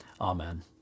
Amen